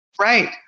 Right